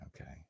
okay